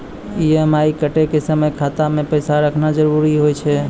EMI कटै के समय खाता मे पैसा रहना जरुरी होय छै